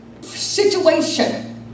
situation